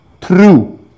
true